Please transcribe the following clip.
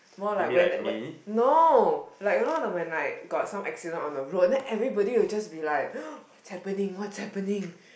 more like when when no like you know when like got some accidents on the road everybody will just be like what's happening what's happening